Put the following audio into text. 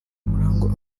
murangwa